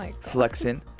flexing